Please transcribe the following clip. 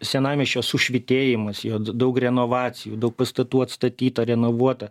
senamiesčio sušvytėjimas jo daug renovacijų daug pastatų atstatyta renovuota